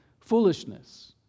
foolishness